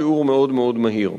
שיעור מאוד-מאוד מהיר.